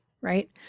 right